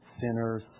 sinners